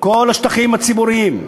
כל השטחים הציבוריים,